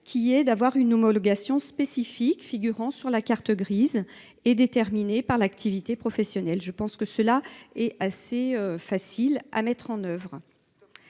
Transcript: de créer une homologation spécifique figurant sur la carte grise et déterminée par l’activité professionnelle. C’est assez facile à mettre en œuvre